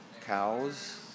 cows